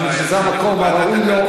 אני חושב שזה המקום הראוי לו.